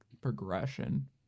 progression